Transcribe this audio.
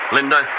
Linda